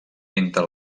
entre